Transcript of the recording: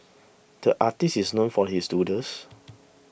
the artist is known for his doodles